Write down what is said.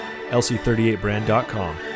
lc38brand.com